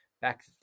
back